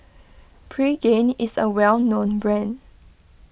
Pregain is a well known brand